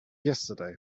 yesterday